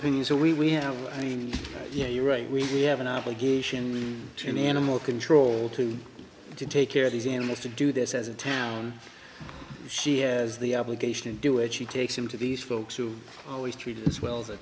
opinion so we have i mean yeah you're right we have an obligation to manimal control to take care of these animals to do this as a town she has the obligation to do it she takes him to these folks who are always treated as well as a